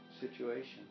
situation